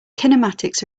kinematics